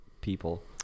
people